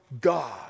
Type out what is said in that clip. God